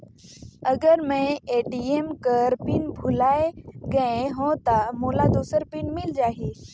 अगर मैं ए.टी.एम कर पिन भुलाये गये हो ता मोला दूसर पिन मिल जाही?